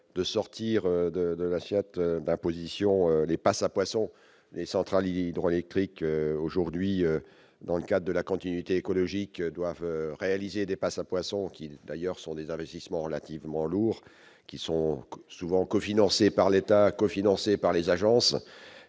de sortir de de l'assiette d'imposition les passes à poissons et centrales hydroélectriques aujourd'hui dans le cas de la continuité écologique doivent réaliser des Pass à poissons qui d'ailleurs sont des investissements relativement lourds qui sont souvent cofinancé par l'État, cofinancé par les agences